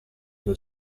del